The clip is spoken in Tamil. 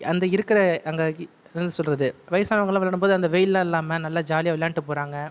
அந்த இருக்கிற அங்கே என்ன சொல்கிறது வயசானவங்கெல்லாம் விளையாடும் போது அந்த வெயில்லாம் இல்லாமல் நல்லா ஜாலியாக விளையாண்டு போகிறாங்க